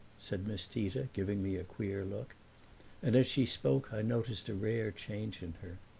said miss tita, giving me a queer look and as she spoke i noticed a rare change in her.